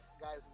Guys